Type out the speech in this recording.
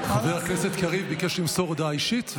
חבר הכנסת קריב ביקש למסור הודעה אישית,